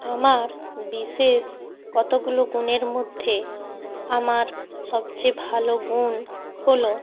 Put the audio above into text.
আমার বিশেষ কতোগুলো গুণের মধ্যে আমার সবচেয়ে ভালো গুণ হলো